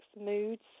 moods